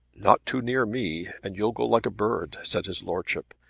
not too near me, and you'll go like a bird, said his lordship.